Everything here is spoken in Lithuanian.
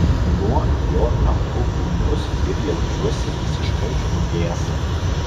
nuo jo tampu ūmus ir jaučiuosi visiškai žlugęs